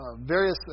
various